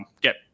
get